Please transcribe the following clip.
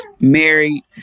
married